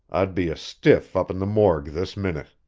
i'd be a stiff up in the morgue this minute.